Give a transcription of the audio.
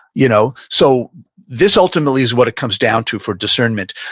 you know so this ultimately is what it comes down to for discernment.